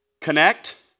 connect